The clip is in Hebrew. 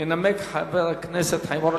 ינמק חבר הכנסת חיים אורון.